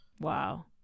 Wow